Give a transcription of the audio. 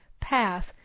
path